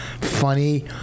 Funny